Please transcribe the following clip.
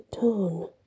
tone